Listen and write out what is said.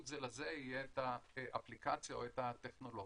זה לזה יהיה את האפליקציה או את הטכנולוגיה.